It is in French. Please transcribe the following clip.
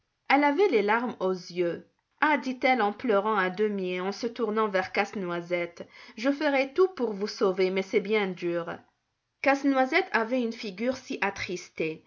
elle avait les larmes aux yeux ah dit-elle en pleurant à demi et en se tournant vers casse-noisette je ferai tout pour vous sauver mais c'est bien dur casse-noisette avait une figure si attristée